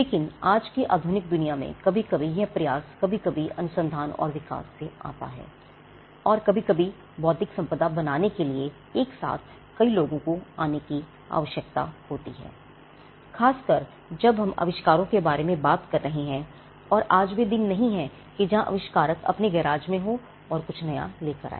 लेकिन आज की आधुनिक दुनिया में कभी कभी यह प्रयास कभी कभी अनुसंधान और विकास से आता है और कभी कभी बौद्धिक संपदा बनाने के लिए एक साथ कई लोगों को आने की आवश्यकता होती है खासकर जब हम आविष्कारों के बारे में बात कर रहे हैं और आज वे दिन नहीं हैं जहां एक आविष्कारक अपने गैराज में हो और कुछ नया लेकर आए